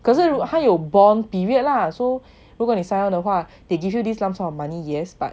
可是如他有 bond period lah so 如果你 sign on 的话 they give you this lump sum of money yes but